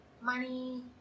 money